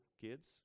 kids